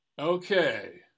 Okay